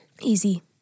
Easy